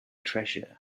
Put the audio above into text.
treasure